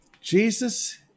Jesus